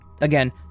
Again